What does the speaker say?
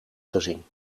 gezien